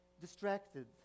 distracted